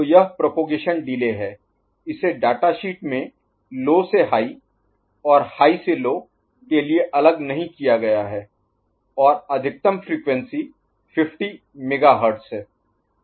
तो यह propagation delay है इसे डाटा शीट में लो से हाई Low to High निम्न से उच्च और हाई से लो High to Low उच्च से निम्न के लिए अलग नहीं किया गया है और अधिकतम फ्रीक्वेंसी 50 मेगाहर्ट्ज़ है